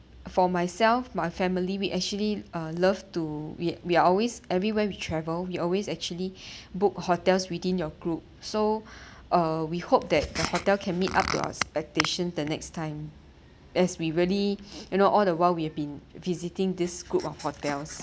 for myself my family we actually uh love to we we are always everywhere we travel we always actually book hotels within your group so uh we hope that the hotel can meet up to our expectation the next time as we really you know all the while we have been visiting this group of hotels